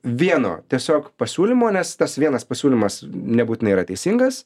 vieno tiesiog pasiūlymo nes tas vienas pasiūlymas nebūtinai yra teisingas